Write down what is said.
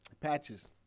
patches